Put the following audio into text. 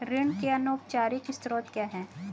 ऋण के अनौपचारिक स्रोत क्या हैं?